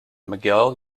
mcgill